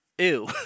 Ew